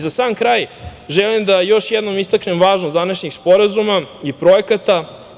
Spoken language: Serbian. Za sam kraj želim da još jednom istaknem važnost današnjih sporazuma i projekata.